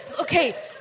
Okay